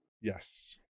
yes